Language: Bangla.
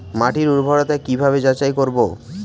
মাটির উর্বরতা কি ভাবে যাচাই করব?